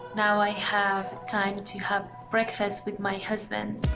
now i have time to have breakfast with my husband.